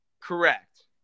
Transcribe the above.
Correct